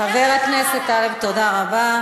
חבר הכנסת טלב, תודה רבה.